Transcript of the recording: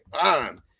on